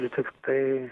ir tiktai